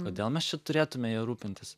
kodėl mes čia turėtume ja rūpintis